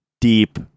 deep